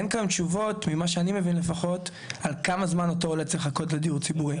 האם הוא צריך לקחת הלוואה